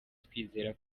twizera